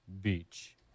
Beach